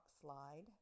slide